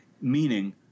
meaning